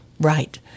Right